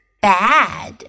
bad